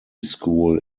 school